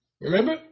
Remember